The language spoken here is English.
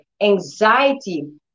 anxiety